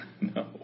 No